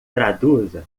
traduza